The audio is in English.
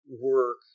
work